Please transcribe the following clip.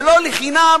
ולא לחינם